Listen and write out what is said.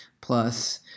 plus